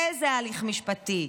איזה הליך משפטי?